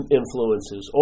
influences